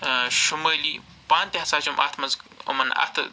اۭں شُمٲلی پانہٕ تہِ ہسا چھِ یِم اَتھ منٛز یِمَن اَتھہٕ